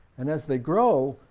and as they grow,